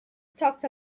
talked